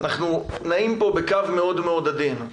אנחנו נעים פה בקו עדין מאוד,